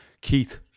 Keith